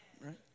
Right